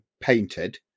painted